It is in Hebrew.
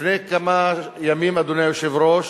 לפני כמה ימים, אדוני היושב-ראש,